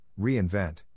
reinvent